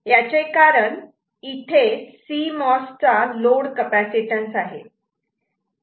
याचे कारण इथे सीमौसचा चा लोड कपॅसिटनस आहे